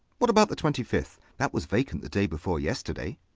what about the twenty fifth? that was vacant the day before yesterday.